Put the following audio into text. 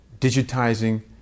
digitizing